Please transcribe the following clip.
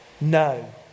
no